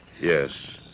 Yes